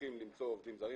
מצליחים למצוא עובדים זרים,